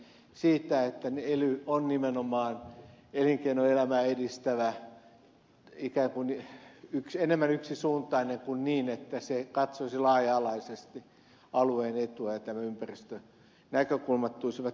siitä että ely on nimenomaan elinkeinoelämää edistävä ikään kuin enemmän yksisuuntainen kuin niin että se katsoisi laaja alaisesti alueen etua että nämä ympäristönäkökulmat tulisivat riittävästi huomioon